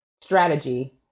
strategy